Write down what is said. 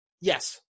Yes